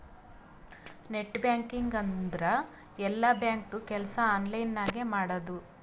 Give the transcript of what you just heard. net banking ಅಂದುರ್ ಎಲ್ಲಾ ಬ್ಯಾಂಕ್ದು ಕೆಲ್ಸಾ ಆನ್ಲೈನ್ ನಾಗೆ ಮಾಡದು